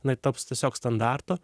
jinai taps tiesiog standartu